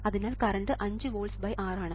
അതിനാൽ current 5 volts R ആണ്